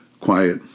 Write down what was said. quiet